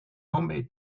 homemade